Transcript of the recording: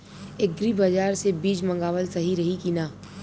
Agri बाज़ार से बीज मंगावल सही रही की ना?